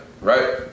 right